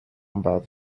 about